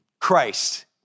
Christ